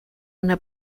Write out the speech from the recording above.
una